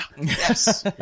yes